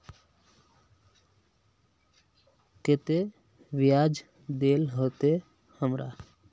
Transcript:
केते बियाज देल होते हमरा?